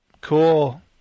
Cool